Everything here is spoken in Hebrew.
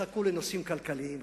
חכו לנושאים כלכליים רציניים,